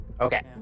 Okay